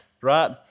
right